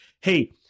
hey